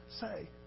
say